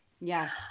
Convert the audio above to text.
Yes